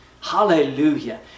Hallelujah